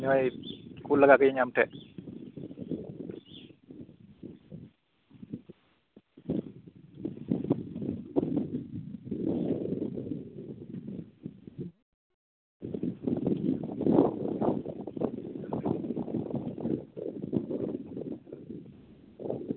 ᱦᱮᱸ ᱠᱩᱞ ᱞᱮᱜᱟ ᱠᱟᱹᱭᱟᱹᱧ ᱟᱢ ᱴᱷᱮᱡ